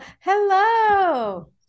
Hello